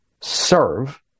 serve